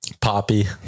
Poppy